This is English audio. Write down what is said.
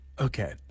Okay